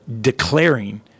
declaring